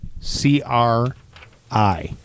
c-r-i